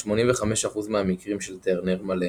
ב-75%–85% מהמקרים של טרנר מלא